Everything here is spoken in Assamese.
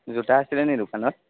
জোতা আছিলে নেকি দোকানত